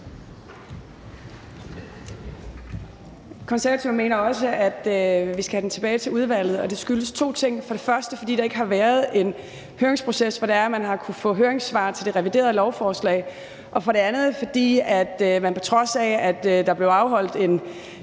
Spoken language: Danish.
Konservative mener også, at vi skal have det tilbage til udvalget, og det skyldes to ting. Det skyldes for det første, at der ikke har været en høringsproces, hvor man har kunnet få høringssvar til det reviderede lovforslag. For det andet skyldes det, at der, på trods af at der blev afholdt en